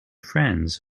friends